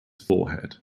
forehead